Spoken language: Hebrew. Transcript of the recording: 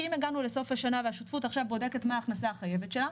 כי אם הגענו לסוף השנה והשותפות עכשיו בודקת מה ההכנסה החייבת שלה,